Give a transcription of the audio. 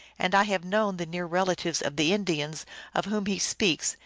and i have known the near relatives of the indians of whom he speaks,